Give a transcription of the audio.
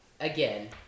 again